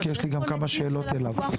כי יש לי מספר שאלות גם אליו.